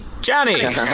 Johnny